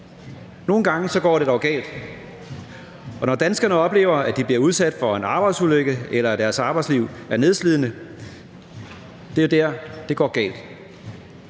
Nogle gange går det dog galt, og når danskerne oplever, at de bliver udsat for en arbejdsulykke, eller at deres arbejdsliv er nedslidende, går det galt.